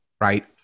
right